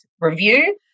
review